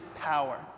power